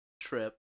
trip